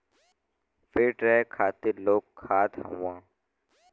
feet रहे खातिर लोग खात हउअन